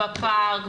בפארק,